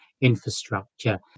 infrastructure